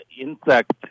insect